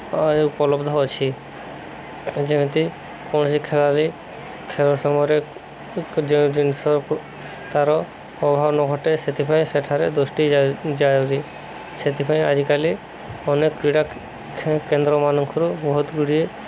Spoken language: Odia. ତାହା ବି ଉପଲବ୍ଧ ଅଛି ଯେମିତି କୌଣସି ଖେଳାଳି ଖେଳ ସମୟରେ ଯେଉଁ ଜିନିଷ ତାର ଅଭାବ ନ ଘଟେ ସେଥିପାଇଁ ସେଠାରେ ଦୃଷ୍ଟି ଜାରି ଜରୁରୀ ସେଥିପାଇଁ ଆଜିକାଲି ଅନେକ କ୍ରୀଡ଼ା କେନ୍ଦ୍ରମାନଙ୍କରୁ ବହୁତ ଗୁଡ଼ିଏ